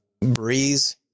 breeze